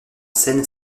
scène